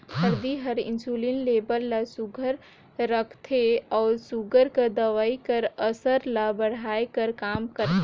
हरदी हर इंसुलिन लेबल ल सुग्घर राखथे अउ सूगर कर दवई कर असर ल बढ़ाए कर काम करथे